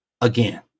again